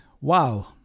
Wow